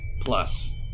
Plus